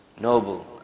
noble